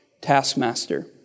taskmaster